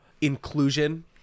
inclusion